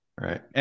Right